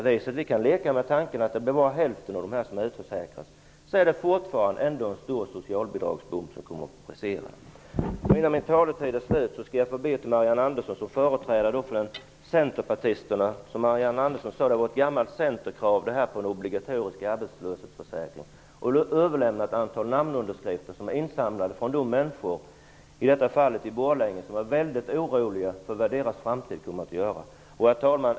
Vi kan leka med tanken att det bara är hälften av dessa som utförsäkras -- det är ändå en stor socialbidragsbomb som kommer att brisera. Marianne Andersson säger att kravet på en obligatorisk arbetslöshetsförsäkring är ett gammalt centerkrav. Jag skall be att till henne, som företrädare för Centerpartiet, få överlämna ett antal namnunderskrifter, som är insamlade från människor i Borlänge som är väldigt oroliga för hur deras framtid kommer att se ut.